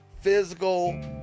physical